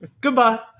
Goodbye